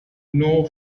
nor